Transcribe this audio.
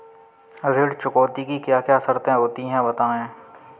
ऋण चुकौती की क्या क्या शर्तें होती हैं बताएँ?